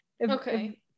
Okay